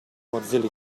mozilla